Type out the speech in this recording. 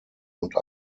und